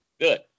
good